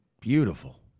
Beautiful